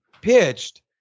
pitched